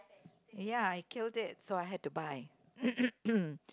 ya I killed it so I have to buy